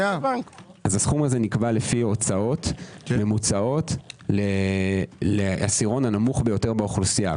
הסכום הזה נקבע לפי הוצאות ממוצעות לעשירון הנמוך ביותר באוכלוסייה,